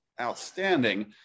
outstanding